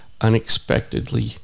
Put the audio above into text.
unexpectedly